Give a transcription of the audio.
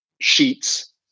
sheets